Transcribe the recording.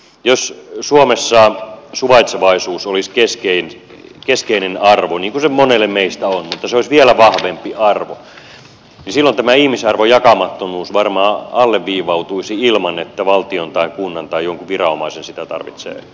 jos suomessa suvaitsevaisuus olisi keskeinen arvo niin kuin se monelle meistä on mutta jos se olisi vielä vahvempi arvo niin silloin tämä ihmisarvon jakamattomuus varmaan alleviivautuisi ilman että valtion tai kunnan tai jonkun viranomaisen sitä tarvitsee erikseen alleviivata